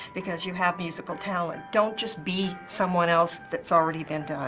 because you have musical talent. don't just be someone else that's already been done.